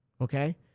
okay